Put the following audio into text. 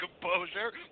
composure